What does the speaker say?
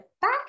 back